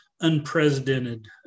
Unprecedented